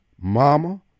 Mama